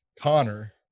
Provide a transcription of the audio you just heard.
Connor